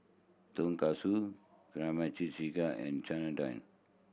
Tonkatsu Kimchi Jjigae and Chana Dal